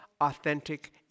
authentic